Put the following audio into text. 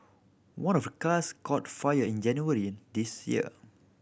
one of the cars caught fire in January this year